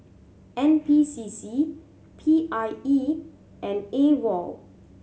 N P C C P I E and AWOL